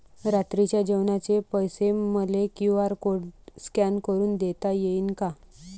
रात्रीच्या जेवणाचे पैसे मले क्यू.आर कोड स्कॅन करून देता येईन का?